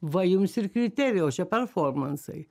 va jums ir kriterijaus čia performansai